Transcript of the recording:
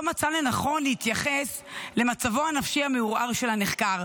מצא לנכון להתייחס למצבו הנפשי המעורער של הנחקר.